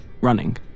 Running